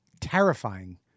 terrifying